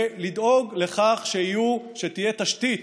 ולדאוג לכך שתהיה תשתית